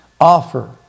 Offer